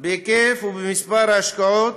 בהיקף ובמספר ההשקעות